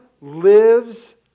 lives